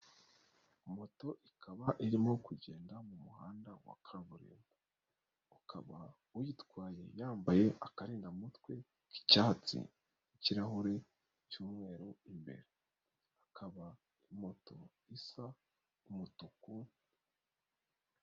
Moto ikaba irimo kugenda mu muhanda wa kaburimbo, ukaba uyitwaye yambaye akarindamutwe k'icyatsi n'ikirahure cy'umweru imbere, akaba moto isa umutuku.